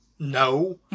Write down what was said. No